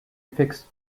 fixed